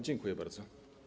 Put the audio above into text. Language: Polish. Dziękuję bardzo.